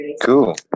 cool